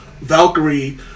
Valkyrie